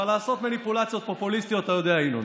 אבל לעשות מניפולציות פופוליסטיות אתה יודע, ינון.